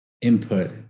input